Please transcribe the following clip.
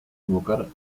invocar